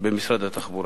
במשרד התחבורה.